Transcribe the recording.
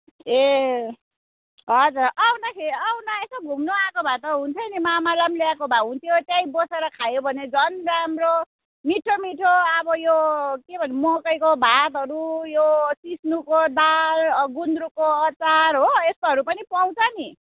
ए हजुर आउँदाखेरि आउँदा यसो घुम्नु आएको भए त हुन्थ्यो नि मामालाई पनि ल्याएको भए हुन्थ्यो त्यहीँ बसेर खायो भने झन् राम्रो मिठो मिठो अब यो के भन्नु मकैको भातहरू यो सिस्नुको दाल गुन्द्रुकको अचार हो यस्तोहरू नि पाउँछ नि